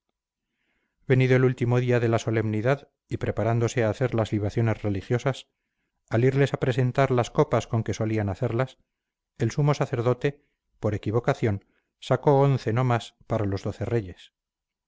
venido el último día de la solemnidad y preparándose a hacer las libaciones religiosas al irles a presentar las copas con que solían hacerlas el sumo sacerdote por equivocación sacó once no más para los doce reyes